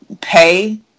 pay